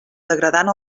degradant